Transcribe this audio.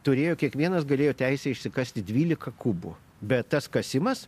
turėjo kiekvienas galėjo teisę išsikasti dvylika kubų bet tas kasimas